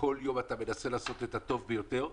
וכל יום אתה מנסה לעשות את הטוב ביותר.